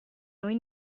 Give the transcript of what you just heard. noi